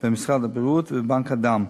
הבריאות ובבנק הדם.